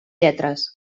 lletres